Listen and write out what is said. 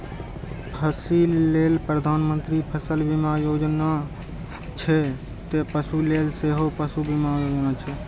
फसिल लेल प्रधानमंत्री फसल बीमा योजना छै, ते पशु लेल सेहो पशु बीमा योजना छै